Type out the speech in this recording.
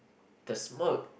the smoke